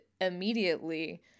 immediately